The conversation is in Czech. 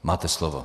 Máte slovo.